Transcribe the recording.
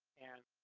and